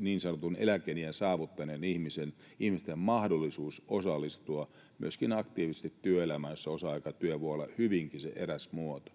niin sanotun eläkeiän saavuttaneiden ihmisten mahdollisuus osallistua aktiivisesti työelämässä? Osa-aikatyö voi olla hyvinkin eräs muoto.